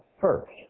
first